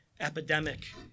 epidemic